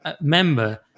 member